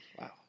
Wow